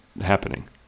happening